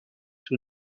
sur